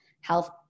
health